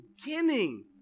beginning